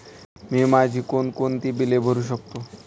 मी माझी कोणकोणती बिले भरू शकतो?